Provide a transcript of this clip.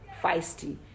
feisty